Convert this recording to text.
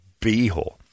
beehole